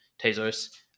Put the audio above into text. Tezos